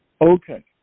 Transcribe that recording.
Okay